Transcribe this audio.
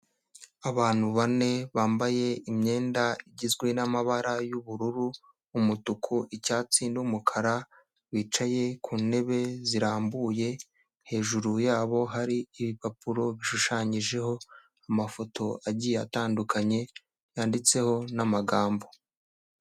Abantu bane bambaye imyenda igizwe n'amabara y'ubururu, umutuku, icyatsi, n'umukara bicaye ku ntebe zirambuye hejuru yabo hari ibipapuro bishushanyijeho amafoto agiye atandukanye yanditseho n'amagambo.